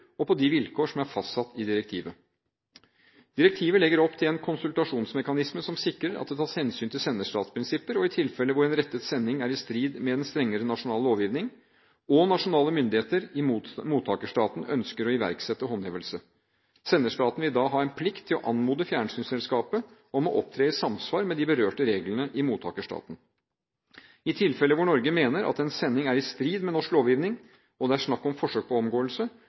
og på de vilkår som er fastsatt i direktivet. Direktivet legger opp til en konsultasjonsmekanisme som sikrer at det tas hensyn til senderstatsprinsipper og tilfeller hvor en rettet sending er i strid med en strengere nasjonal lovgivning, og nasjonale myndigheter i mottakerstaten ønsker å iverksette håndhevelse. Senderstaten vil da ha plikt til å anmode fjernsynsselskapet om å opptre i samsvar med de berørte reglene i mottakerstaten. I tilfeller hvor Norge mener at en sending er i strid med norsk lovgivning, og det er snakk om forsøk på omgåelse,